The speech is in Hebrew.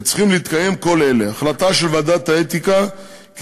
וצריכים להתקיים כל אלה: החלטה של ועדת האתיקה כי